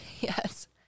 yes